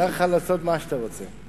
מותר לך לעשות מה שאתה רוצה.